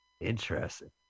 Interesting